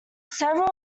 several